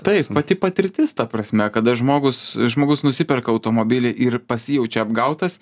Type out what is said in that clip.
taip pati patirtis ta prasme kada žmogus žmogus nusiperka automobilį ir pasijaučia apgautas